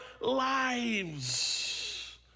lives